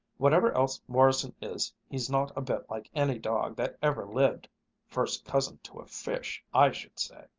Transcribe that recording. whatever else morrison is he's not a bit like any dog that ever lived first cousin to a fish, i should say.